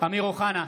אמיר אוחנה,